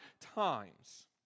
times